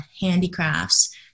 handicrafts